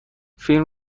فیلم